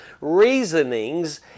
reasonings